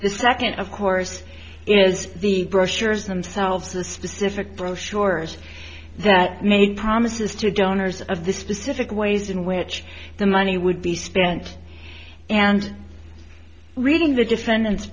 the second of course is the brochures themselves a specific brochures that make promises to donors of the specific ways in which the money would be spent and reading the defendant's